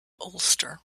ulster